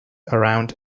around